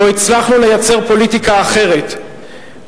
לא הצלחנו לייצר פוליטיקה אחרת,